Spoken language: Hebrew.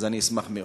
אני אשמח מאוד.